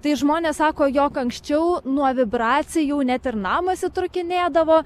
tai žmonės sako jog anksčiau nuo vibracijų net ir namas įtrūkinėdavo